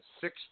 six